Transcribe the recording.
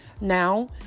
now